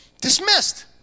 dismissed